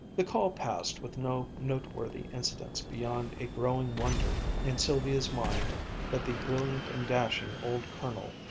the call passed with no noteworthy incidents beyond a growing wonder in sylvia's mind that the brilliant and dashing old colonel,